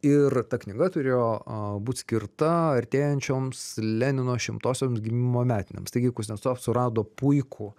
ir ta knyga turėjo būt skirta artėjančioms lenino šimtosiom gimimo metinėms taigi kuznecov surado puikų